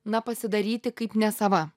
na pasidaryti kaip nesava